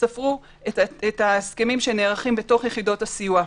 ספרו את ההסכמים שנערכים בתוך יחידות הסיוע.